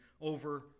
over